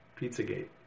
Pizzagate